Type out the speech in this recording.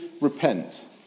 repent